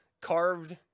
carved